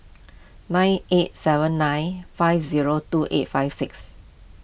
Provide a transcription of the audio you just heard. nine eight seven nine five zero two eight five six